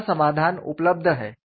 ऐसा समाधान उपलब्ध है